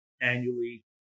annually